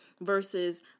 Versus